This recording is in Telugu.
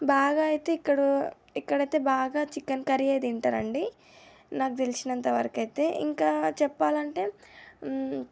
బాగా అయితే ఇక్కడ ఇక్కడ అయితే బాగా చికెన్ కర్రీయే తింటారండి నాకు తెలిసినంత వరకు అయితే ఇంకా చెప్పాలంటే